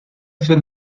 fir